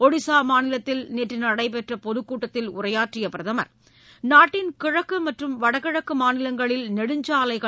ஒடிசா மாநிலத்தில் நேற்று நடைபெற்ற பொதுக்கூட்டத்தில் உரையாற்றிய பிரதமர் நாட்டின் கிழக்கு மற்றும் வடகிழக்கு மாநிலங்களில் நெடுஞ்சாலைகள்